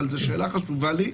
אבל זו שאלה חשובה לי.